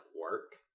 work